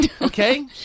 Okay